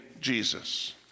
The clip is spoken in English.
Jesus